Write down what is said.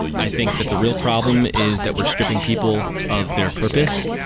i think that the real problem is that we're stripping people of their purpose,